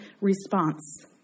response